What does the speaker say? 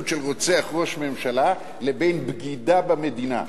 של רוצח ראש ממשלה לבין בגידה במדינה.